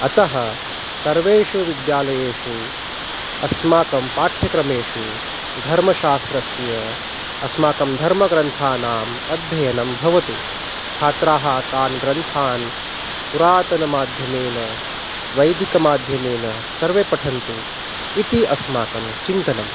अतः सर्वेषु विद्यालयेषु अस्माकं पाठ्यक्रमेषु धर्मशास्त्रस्य अस्माकं धर्मग्रन्थानाम् अध्ययनं भवतु छात्राः तान् ग्रन्थान् पुरातनमाध्यमेन वैदिकमाध्यमेन सर्वे पठन्तु इति अस्माकं चिन्तनम्